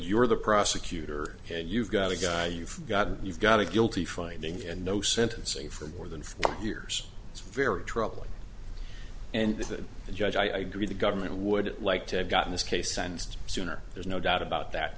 were the prosecutor and you've got a guy you've got you've got a guilty finding and no sentencing for more than four years it's very troubling and the judge i agree the government would like to have gotten this case sentenced sooner there's no doubt about that